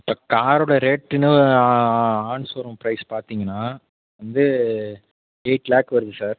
இப்போ காரோட ரேட்டுன்னு ஆன் ஷோரூம் ப்ரைஸ் பார்த்திங்கனா வந்து எயிட் லேக் வருது சார்